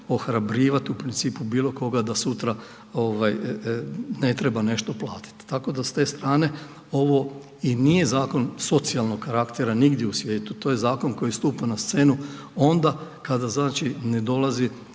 ohrabrivati u principu bilo koga da sutra ne treba nešto platiti. Tako da s te strane ovo i nije zakon socijalnog karaktera nigdje u svijetu, to je zakon koji stupa na scenu onda kada znači ne dolazi